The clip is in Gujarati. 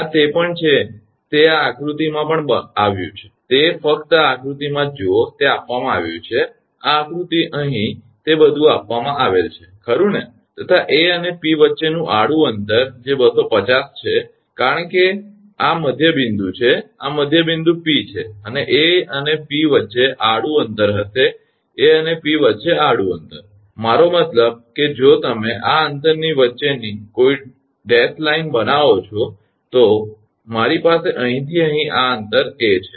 આ તે પણ છે તે આ આકૃતિમાં પણ આપવામાં આવ્યું છે તે ફક્ત આ આકૃતિમાં જ જુઓ તે આપવામાં આવ્યું છે આ આકૃતિ અહીં તે બધું આપવામાં આવેલ છે ખરું ને તથા 𝐴 અને 𝑃 ની વચ્ચેનું આડું અંતર જે 250 છે કારણ કે તે આ મધ્ય બિંદુ છે અને આ મધ્યબિંદુ 𝑃 છે અને 𝐴 અને 𝑃 વચ્ચે આડું અંતર હશે 𝐴 અને 𝑃 વચ્ચે આડું અંતર મારો મતલબ કે જો તમે આ અંતરની વચ્ચેની કોઈ ડ્રેશ લાઇન બનાવો છો તો મારી પાસે અહીંથી આ અંતર 𝐴 છે